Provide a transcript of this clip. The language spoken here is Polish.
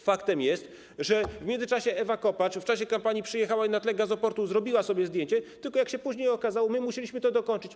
Faktem jest, że w międzyczasie Ewa Kopacz w czasie kampanii przyjechała i na tle gazoportu zrobiła sobie zdjęcie, tylko jak się później okazało, my musieliśmy to dokończyć.